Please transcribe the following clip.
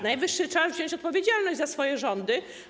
Najwyższy czas wziąć odpowiedzialność za swoje rządy.